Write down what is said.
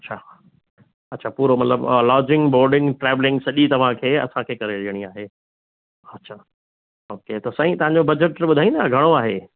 अच्छा अच्छा पूरो मतिलबु लॉजिंग बोर्डिंग ट्रेवलिंग सॼी तव्हांखे असांखे ॾेअणी आहे अच्छा ओके त साई तव्हांजो बजट थोरो ॿुधाईंदा घणो आहे